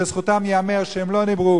לזכותם ייאמר שהם לא דיברו,